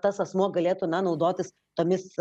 tas asmuo galėtų na naudotis tomis